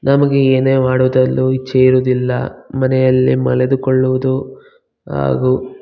ನಮಗೆ ಏನೇ ಮಾಡುವುದಲ್ಲೂ ಇಚ್ಛೆ ಇರುವುದಿಲ್ಲ ಮನೆಯಲ್ಲೇ ಮಲಗಿಕೊಳ್ಳುವುದು ಹಾಗೂ